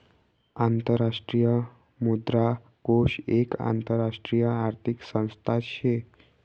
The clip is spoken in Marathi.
आंतरराष्ट्रीय मुद्रा कोष एक आंतरराष्ट्रीय आर्थिक संस्था शे